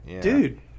Dude